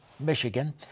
Michigan